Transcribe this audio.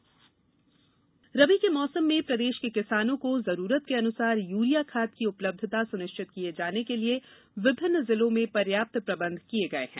urea rabi के मौसम में प्रदेश के किसानों को जरूरत के अनुसार यूरिया खाद की उपलब्धता सुनिश्चत किये जाने के लिए विभिन्न जिलों में पर्याप्त प्रबंध किये गये हैं